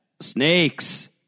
Snakes